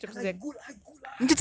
!hanna! you good lah good lah